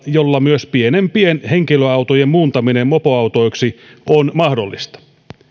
jolla myös pienimpien henkilöautojen muuntaminen mopoautoiksi on mahdollista